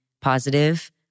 positive